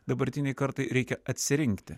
dabartinei kartai reikia atsirinkti